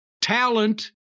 talent